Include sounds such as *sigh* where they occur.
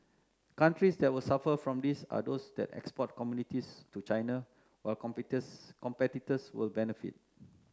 countries that will suffer from this are those that export commodities to China while *unintelligible* competitors will benefit